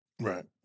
right